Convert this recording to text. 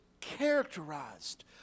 characterized